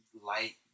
light